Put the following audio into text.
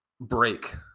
break